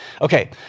Okay